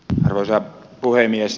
arvoisa puhemies